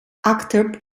actor